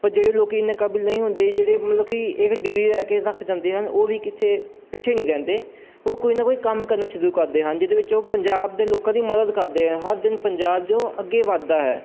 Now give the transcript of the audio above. ਪਰ ਜਿਹੜੇ ਲੋਕ ਇੰਨੇ ਕਾਬਲ ਨਹੀਂ ਹੁੰਦੇ ਜਿਹੜੇ ਮਤਲਬ ਕਿ ਇੱਕ ਡਿਗਰੀ ਲੈ ਕੇ ਰੱਖ ਜਾਂਦੇ ਹਨ ਉਹ ਵੀ ਕਿੱਥੇ ਪਿੱਛੇ ਨਹੀਂ ਰਹਿੰਦੇ ਉਹ ਕੋਈ ਨਾ ਕੋਈ ਕੰਮ ਕਰਨਾ ਸ਼ੁਰੂ ਕਰਦੇ ਹਨ ਜਿਹਦੇ ਵਿੱਚ ਉਹ ਪੰਜਾਬ ਦੇ ਲੋਕਾਂ ਦੀ ਮਦਦ ਕਰਦੇ ਹੈ ਹਰ ਦਿਨ ਪੰਜਾਬ ਜੋ ਅੱਗੇ ਵੱਧਦਾ ਹੈ